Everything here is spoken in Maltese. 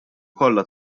kollha